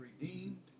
redeemed